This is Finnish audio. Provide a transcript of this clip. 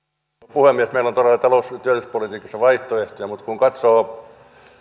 puhemies meillä on todella talous ja työllisyyspolitiikassa vaihtoehtoja mutta kun katsoo